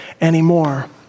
anymore